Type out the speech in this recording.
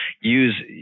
use